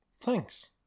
Thanks